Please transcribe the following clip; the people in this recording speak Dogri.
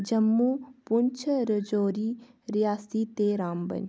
जम्मू पुंछ रजौरी रियासी ते रामबन